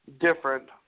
different